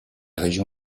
région